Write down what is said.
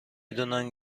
دونن